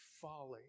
folly